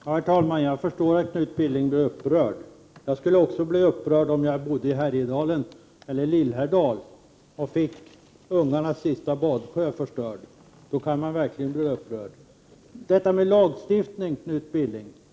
Herr talman! Jag förstår att Knut Billing blir upprörd. Jag skulle också bli upprörd om jag bodde i Härjedalen eller i Lillhärdal och fick ungarnas sista badsjö förstörd. Då kan man verkligen bli upprörd!